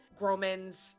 Gromans